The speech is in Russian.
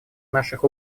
наших